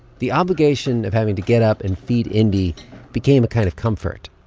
the obligation of having to get up and feed indy became a kind of comfort.